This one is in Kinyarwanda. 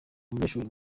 umunyeshuri